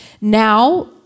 Now